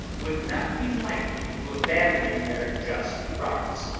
would not be likely to abandon their just rights,